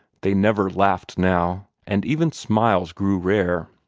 they never laughed now, and even smiles grew rare.